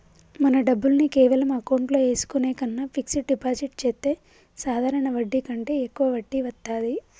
మన డబ్బుల్ని కేవలం అకౌంట్లో ఏసుకునే కన్నా ఫిక్సడ్ డిపాజిట్ చెత్తే సాధారణ వడ్డీ కంటే యెక్కువ వడ్డీ వత్తాది